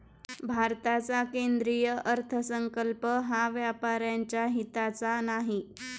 भारताचा केंद्रीय अर्थसंकल्प हा व्यापाऱ्यांच्या हिताचा नाही